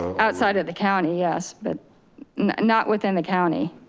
outside of the county, yes, but not within the county.